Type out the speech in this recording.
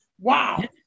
Wow